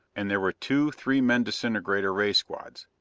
and there were two three-men disintegrator ray squads.